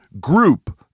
group